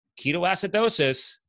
ketoacidosis